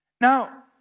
Now